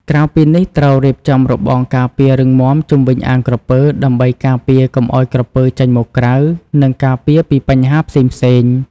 ក្រៅពីនេះត្រូវរៀបចំរបងការពាររឹងមាំជុំវិញអាងក្រពើ ដើម្បីការពារកុំឲ្យក្រពើចេញមកក្រៅ និងការពារពីបញ្ហាផ្សេងៗ។